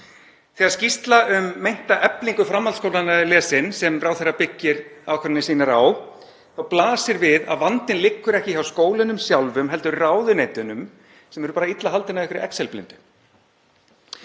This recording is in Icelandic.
Þegar skýrsla um meinta eflingu framhaldsskólanna er lesin, sem ráðherra byggir ákvarðanir sínar á, þá blasir við að vandinn liggur ekki hjá skólunum sjálfum heldur ráðuneytunum sem eru bara illa haldin af einhverri excel-blindu.